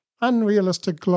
unrealistic